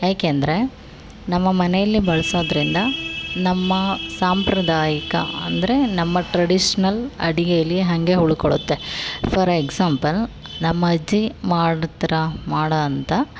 ಯಾಕಂದ್ರೆ ನಮ್ಮ ಮನೆಯಲ್ಲಿ ಬಳಸೋದ್ರಿಂದ ನಮ್ಮ ಸಾಂಪ್ರದಾಯಿಕ ಅಂದರೆ ನಮ್ಮ ಟ್ರೆಡಿಷ್ನಲ್ ಅಡುಗೇಲಿ ಹಾಗೇ ಉಳ್ಕೊಳುತ್ತೆ ಫಾರ್ ಎಕ್ಸಾಂಪಲ್ ನಮ್ಮ ಅಜ್ಜಿ ಮಾಡ್ತಿರೋ ಮಾಡೋವಂಥ